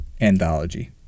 anthology